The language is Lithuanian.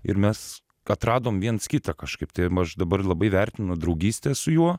ir mes atradom viens kitą kažkaip taim aš dabar labai vertinu draugystę su juo